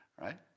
right